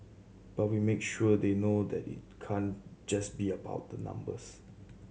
but we make sure they know that it can't just be about the numbers